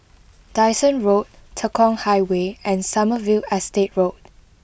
Dyson Road Tekong Highway and Sommerville Estate Road